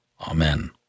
Amen